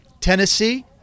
Tennessee